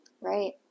right